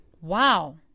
Wow